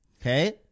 okay